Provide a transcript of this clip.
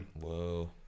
whoa